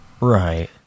Right